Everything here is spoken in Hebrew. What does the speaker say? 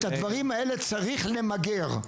את הדברים האלה צריך למגר.